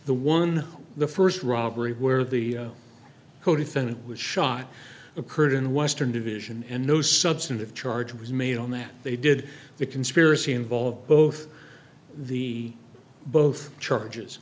the one the first robbery where the codefendant was shot occurred in western division and no substantive charge was made on that they did the conspiracy involved both the both charges